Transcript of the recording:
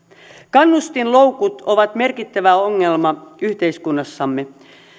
kannustinloukut ovat merkittävä ongelma yhteiskunnassamme